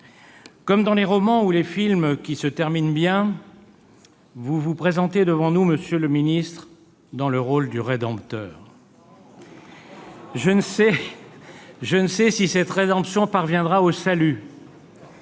Comme dans les romans ou les films qui se terminent bien, vous vous présentez devant nous, monsieur le ministre, dans le rôle du rédempteur. Je ne sais si cette rédemption mènera au salut,